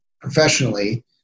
professionally